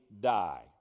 die